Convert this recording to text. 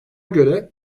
göre